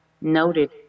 Noted